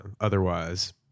otherwise